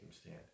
stand